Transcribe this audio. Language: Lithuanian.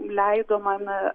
leido man